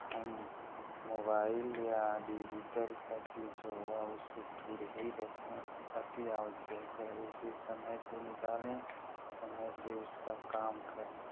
हम मोबाइल या डिजिटल का चीज़ जो हुई उससे दूर ही रखें अतिआवश्यक है उसे समय से निकालें समय से उसका काम करें